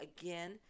again